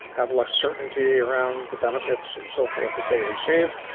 have less certainty around the benefits and so forth that they receive.